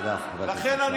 תודה, חבר הכנסת אמסלם.